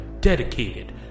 dedicated